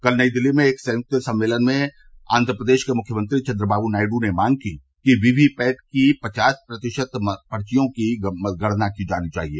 कल नई दिल्ली में एक संयुक्त सम्मेलन में आंध्रप्रदेश के मुख्यमंत्री चंद्रबाबू नायडू ने मांग की कि वीवीपैट की पचास प्रतिशत पर्चियों की गणना की जानी चाहिए